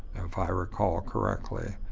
if i recall correctly,